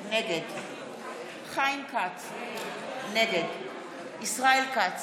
נגד חיים כץ, נגד ישראל כץ,